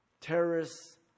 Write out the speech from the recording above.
terrorists